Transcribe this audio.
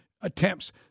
attempts